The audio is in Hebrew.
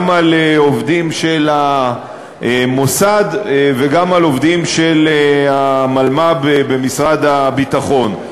גם על עובדים של המוסד וגם על עובדים של המלמ"ב במשרד הביטחון.